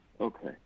Okay